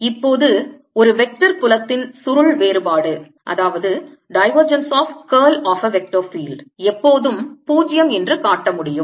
இப்போது ஒரு வெக்டர் புலத்தின் சுருள் வேறுபாடு எப்போதும் 0 என்று காட்ட முடியும்